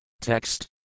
Text